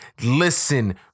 listen